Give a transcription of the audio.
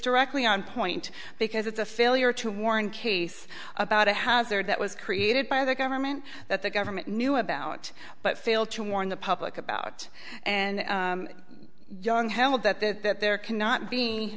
directly on point because it's a failure to warn case about a hazard that was created by the government that the government knew about but failed to warn the public about and young held that there cannot be